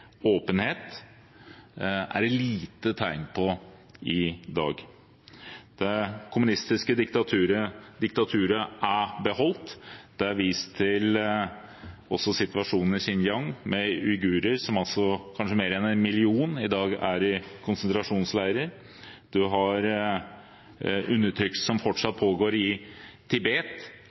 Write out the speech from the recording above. åpenhet, er det lite tegn til i dag. Det kommunistiske diktaturet er beholdt. Det er også vist til situasjonen i Xinjiang, der kanskje mer enn 1 million uigurer er i konsentrasjonsleirer. Det pågår fortsatt undertrykkelse i Tibet,